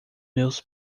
meus